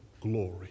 glory